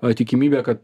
tikimybė kad